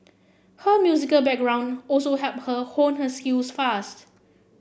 her musical background also helped her hone her skills fast